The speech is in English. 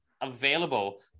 available